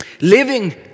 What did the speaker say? Living